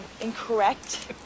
incorrect